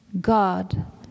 God